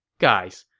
guys,